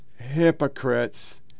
hypocrites